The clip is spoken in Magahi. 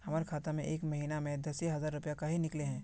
हमर खाता में एक महीना में दसे हजार रुपया काहे निकले है?